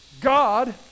God